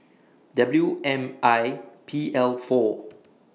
W M I P L four